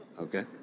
Okay